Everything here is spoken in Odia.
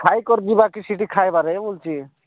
ଖାଇକରି ଯିବା କି ସେଠି ଖାଇବାରେ ବୋଲୁଛି